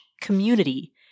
community